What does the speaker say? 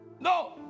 No